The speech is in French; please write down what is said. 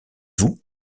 vous